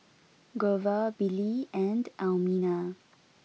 Grover Billy and Elmina